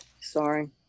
Sorry